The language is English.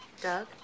doug